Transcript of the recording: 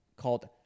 called